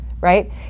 right